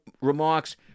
remarks